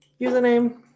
Username